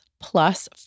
plus